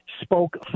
spoke